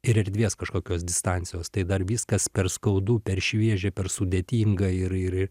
ir erdvės kažkokios distancijos tai dar viskas per skaudu per šviežia per sudėtinga ir ir ir